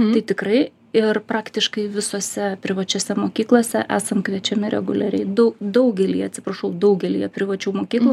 tai tikrai ir praktiškai visose privačiose mokyklose esam kviečiami reguliariai dau daugelyje atsiprašau daugelyje privačių mokyklų